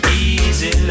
easy